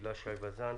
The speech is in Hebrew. הילה שי ואזן,